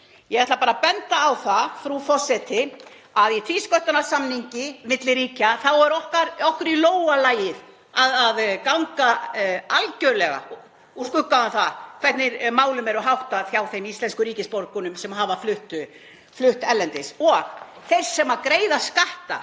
Ég ætla bara að benda á það, frú forseti, að í tvísköttunarsamningi milli ríkja er okkur í lófa lagið að ganga algjörlega úr skugga um hvernig málum er háttað hjá þeim íslenskum ríkisborgurum sem hafa flutt erlendis. (Forseti hringir.)